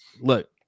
look